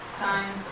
Time